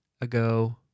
ago